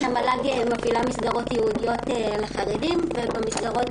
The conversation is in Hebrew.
המל"ג מפעילה מסגרות ייעודיות לחרדים ובמסגרות